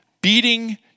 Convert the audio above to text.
beating